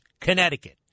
Connecticut